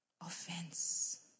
offense